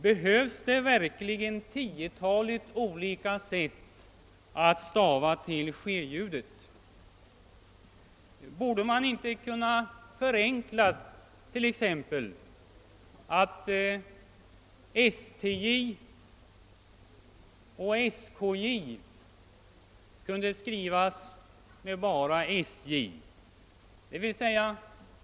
Behövs det verkligen ett tiotal olika sätt att stava till sje-ljudet? Borde man inte kunna införa en förenkling t.ex. så, att stj och skj skrivs bara med sj?